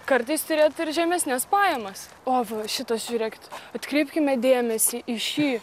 kartais turėt ir žemesnes pajamas o šitas žiūrėkit atkreipkime dėmesį į šį